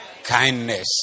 Kindness